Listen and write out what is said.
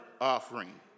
offering